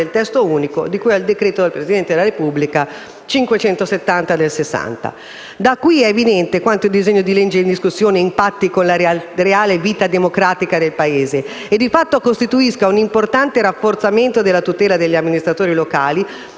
del testo unico di cui al decreto del Presidente della Repubblica n. 570 del 1960. Da qui è evidente quanto il disegno di legge in discussione impatti con la reale vita democratica del Paese e di fatto costituisca un importante rafforzamento della tutela degli amministratori locali